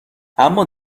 اما